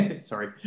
Sorry